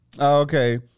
okay